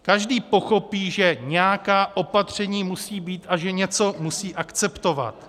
Každý pochopí, že nějaká opatření musí být a že něco musí akceptovat.